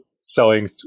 selling